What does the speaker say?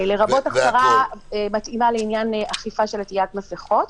-- לרבות הכשרה מתאימה לעניין אכיפה של עטיית מסכות,